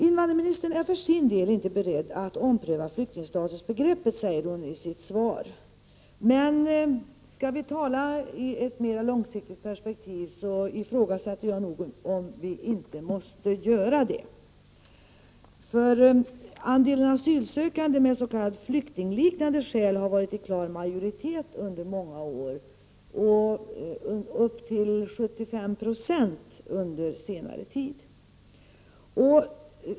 Invandrarministern är för sin del inte beredd att ompröva flyktingstatusbegreppet, som hon säger i sitt svar. Skall vi tala om ett mera långsiktigt perspektiv ifrågasätter jag nog om vi inte måste göra det. Andelen asylsökande med s.k. flyktingliknande skäl har varit i klar majoritet under många år, upp till 75 96 under senare tid.